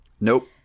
Nope